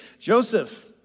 Joseph